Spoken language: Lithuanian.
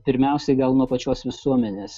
pirmiausiai gal nuo pačios visuomenės